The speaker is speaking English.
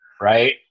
right